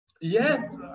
Yes